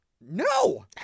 No